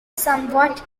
somewhat